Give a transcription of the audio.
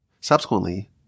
subsequently